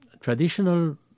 traditional